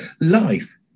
Life